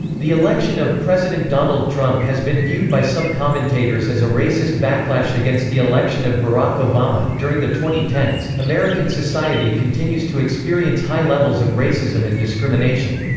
the election of president donald trump has been viewed by some commentators as a racist backlash against the election of barack obama during the twenty ten s, american society continues to experience high levels of racism and discrimination.